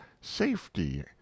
safety